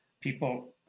people